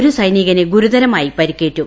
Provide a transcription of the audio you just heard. ഒരു സൈനികന് ഗുരുതരമായി പരിക്കേറ്റു